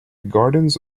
gardens